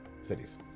cities